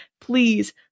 please